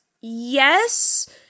yes